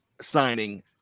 signing